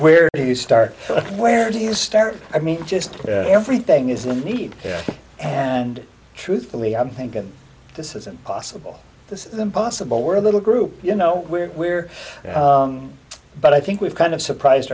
where do you start where do you start i mean just everything is a need and truthfully i'm thinking this isn't possible this isn't possible we're a little group you know where we're but i think we've kind of surprised